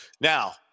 Now